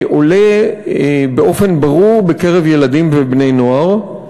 עולה באופן ברור בקרב ילדים ובני-נוער,